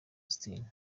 austin